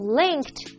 linked